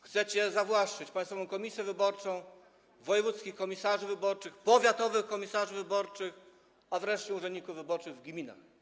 Chcecie zawłaszczyć Państwową Komisję Wyborczą, wojewódzkich komisarzy wyborczych, powiatowych komisarzy wyborczych, a wreszcie urzędników wyborczych w gminach.